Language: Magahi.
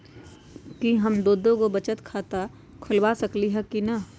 कि हम दो दो गो बचत खाता खोलबा सकली ह की न?